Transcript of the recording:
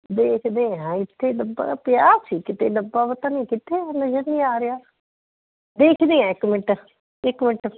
ਦੇਖਦੇ ਹਾਂ ਇੱਥੇ ਡੱਬਾ ਪਿਆ ਸੀ ਕਿਤੇ ਡੱਬਾ ਪਤਾ ਨਹੀਂ ਕਿੱਥੇ ਹੁਣ ਨਜ਼ਰ ਨਹੀਂ ਆ ਰਿਹਾ ਦੇਖਦੀ ਹਾਂ ਇੱਕ ਮਿੰਟ ਇੱਕ ਮਿੰਟ